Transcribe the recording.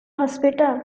hospital